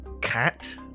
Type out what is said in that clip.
Cat